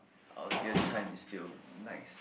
our dear time is still nice